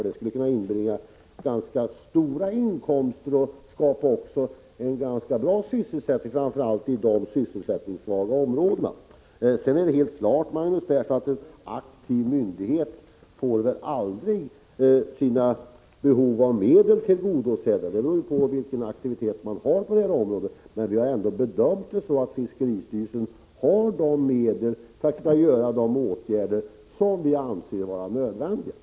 Det skulle kunna inbringa ganska stora inkomster och också skapa en relativt god sysselsättning, framför allt i områden med få arbetstillfällen. Det är helt klart, Magnus Persson, att en myndighet som är aktiv aldrig får alla sina behov av medel tillgodosedda. Vi har bedömt att fiskeristyrelsen ändå har de medel som behövs för att kunna vidta de åtgärder som vi anser vara nödvändiga.